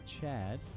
Chad